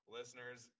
Listeners